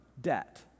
debt